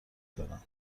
دارم